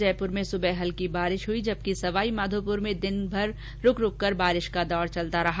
जयपुर में सुबह हल्की बारिश हुई जबकि सवाईमाधोपुर में दिनभर रूक रूक कर बारिश का दौर चलता रहा